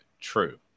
True